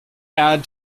add